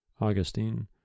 Augustine